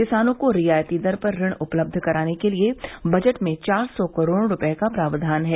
किसानों को रियायती दर पर ऋण उपलब्ध कराने के लिये बजट में चार सौ करोड़ रूपये का प्रावधान है